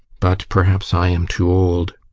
but perhaps i am too old.